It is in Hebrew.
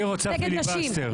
היא רוצה פיליבסטר.